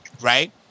right